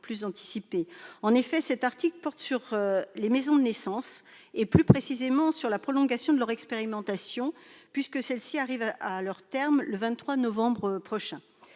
d'anticipation. Cet article porte sur les maisons de naissance, plus précisément sur la prolongation de leur expérimentation, puisque celle-ci arrive à son terme le 23 novembre prochain.